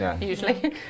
usually